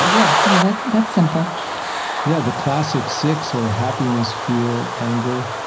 yeah, yeah that's that's simple yeah. the classic six are happiness, fear, anger,